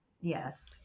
Yes